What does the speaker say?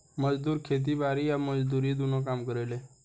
मजदूर खेती बारी आ मजदूरी दुनो काम करेले